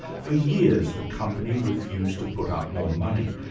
for years, the company refused to put up more money,